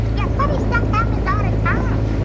yes. funny stuff happens out of town.